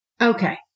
Okay